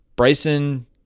Bryson